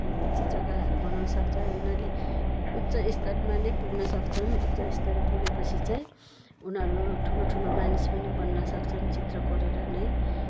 चित्रकलाहरू बनाउन सक्छ उनीहरूले उच्च स्तरमा नै पुग्न सक्छन् उच्च स्तर पुगेपछि चाहिँ उनीहरू ठुलो ठुलो मानिस पनि बन्न सक्छन् चित्र कोरेर नै